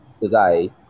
today